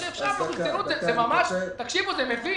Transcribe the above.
זה מביש.